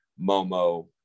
Momo